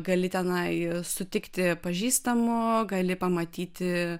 gali tenai sutikti pažįstamų gali pamatyti